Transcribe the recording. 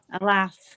Alas